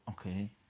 Okay